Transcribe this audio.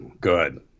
Good